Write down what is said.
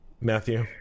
Matthew